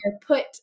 put